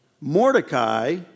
Mordecai